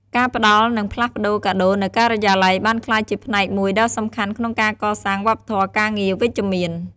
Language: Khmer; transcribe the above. ការផ្តល់និងផ្លាស់ប្ដូរកាដូរនៅការិយាល័យ បានក្លាយជាផ្នែកមួយដ៏សំខាន់ក្នុងការកសាង វប្បធម៌ការងារវិជ្ជមាន។